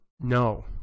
no